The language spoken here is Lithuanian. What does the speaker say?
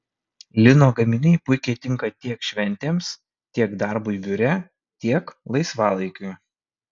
lino gaminiai puikiai tinka tiek šventėms tiek darbui biure tiek laisvalaikiui